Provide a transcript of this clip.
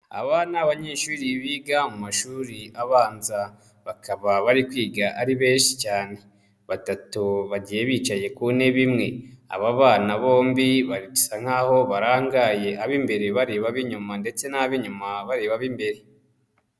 Aba ni abanyeshuri biga mu mashuri abanza, bakaba bari kwiga ari benshi cyane, batatu bagiye bicaye ku ntebe imwe, aba bana bombi ba basa nkaho barangaye ab'imbere bari ab'inyuma ndetse n'ab'inyuma bareba ab'imbere.